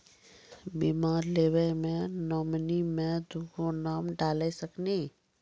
बीमा लेवे मे नॉमिनी मे दुगो नाम डाल सकनी?